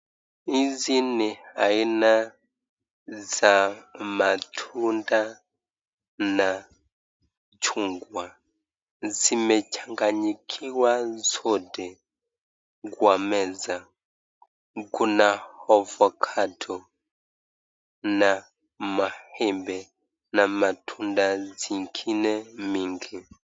Hizi ni aina za matunda na chungwa .Zimechanganyikiwa zote kwa meza. Kuna avokado na maembe na matunda zingine mingi.